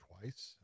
twice